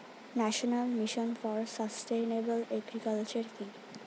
National mission for sustainable agriculture কি?